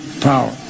power